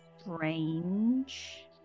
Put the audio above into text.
strange